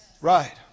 Right